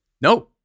No